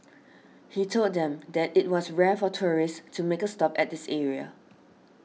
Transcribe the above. he told them that it was rare for tourists to make a stop at this area